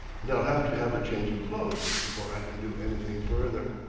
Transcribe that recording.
and i'll have to have a change of clothes before i can do anything further.